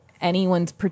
anyone's